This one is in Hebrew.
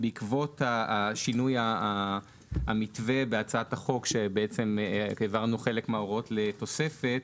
בעקבות שינוי המתווה בהצעת החוק שהעברנו חלק מההוראות לתוספת,